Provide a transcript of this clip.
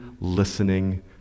listening